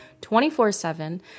24-7